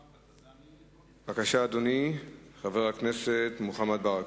בבקשה, אדוני חבר הכנסת מוחמד ברכה.